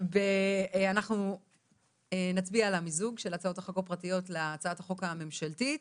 אנחנו נצביע על המיזוג של הצעות החוק הפרטיות להצעת החוק הממשלתית,